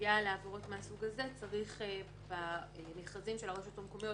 שבנוגע לעבירות מהסוג הזה צריך במכרזים של הרשויות המקומיות,